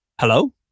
hello